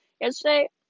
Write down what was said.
yesterday